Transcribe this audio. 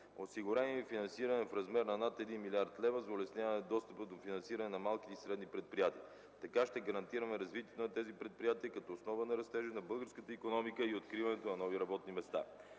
Осигурено е и финансиране в размер на над 1 млрд. лв. за улесняване на достъпа до финансиране на малки и средни предприятия. Така ще гарантираме развитието на тези предприятия като основа на растежа на българската икономика и откриването на нови работни места.